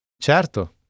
Certo